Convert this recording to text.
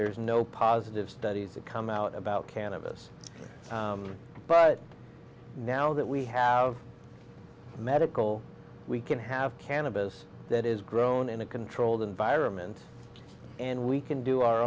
there's no positive studies that come out about cannabis but now that we have medical we can have cannabis that is grown in a controlled environment and we can do our